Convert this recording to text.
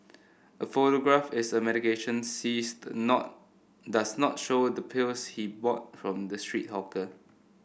a photograph is a medication seized not does not show the pills he bought from the street hawker